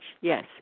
yes